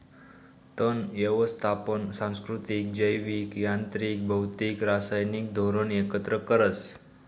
तण यवस्थापन सांस्कृतिक, जैविक, यांत्रिक, भौतिक, रासायनिक धोरण एकत्र करस